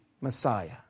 Messiah